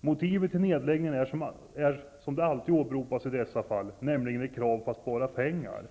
Motivet till nedläggningen är det som alltid åberopas i dessa fall, nämligen ett krav på att spara pengar.